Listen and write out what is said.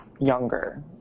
younger